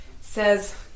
says